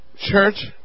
Church